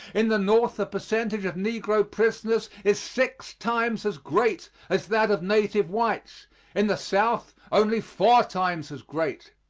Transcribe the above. in the north the percentage of negro prisoners is six times as great as that of native whites in the south, only four times as great.